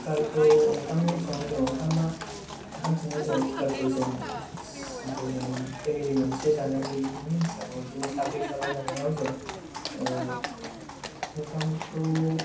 कुकार खौ ओंखाम संनाय समाव ओंखामा ओंखाम संनाय समाव कुकार खौ जों बिदिनो फेमेलि मोनसे जानायनि हिसाबाव बिदिनो साब्रै साबा जानायाव जों ओंखामखौ